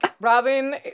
Robin